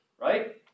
right